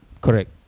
correct